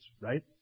right